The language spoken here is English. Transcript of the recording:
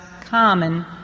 common